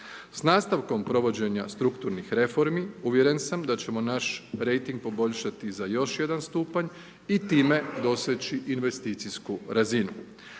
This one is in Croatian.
S nastavkom provođenja strukturnih reformi, uvjeren sam da ćemo naš rejting poboljšati za još jedan stupanj i time doseći investicijsku razinu.